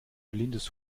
blindes